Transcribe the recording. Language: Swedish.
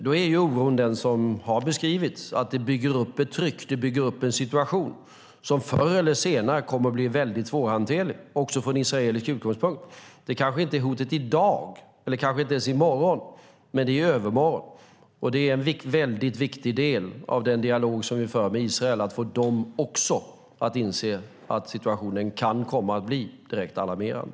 Oron är den som har beskrivits - att det här bygger upp ett tryck, bygger upp en situation som förr eller senare kommer att bli väldigt svårhanterlig också från israelisk utgångspunkt. Det är kanske inte hotet i dag eller ens i morgon men i övermorgon. En väldigt viktig del av den dialog vi för med Israel är att få också dem att inse att situationen kan komma att bli direkt alarmerande.